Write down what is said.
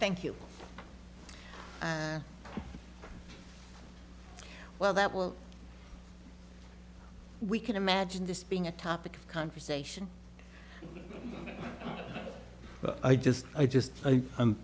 thank you and well that well we can imagine this being a topic of conversation but i just i just i